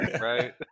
right